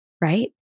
right